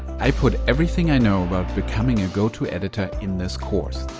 i put everything i know about becoming a go-to editor in this course.